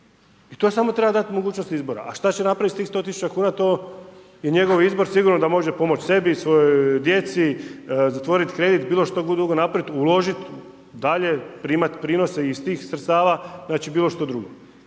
I to samo treba dati mogućnosti izbora, a šta će napravit sa tih 100 000 kuna to je njegov izbor, sigurno da može pomoć sebi, svojoj djeci, zatvorit kredit, bilo što drugo napravit, uložit dalje, primat prinose iz tih sredstava, bilo što drugo.